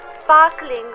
sparkling